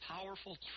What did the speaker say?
Powerful